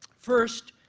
first,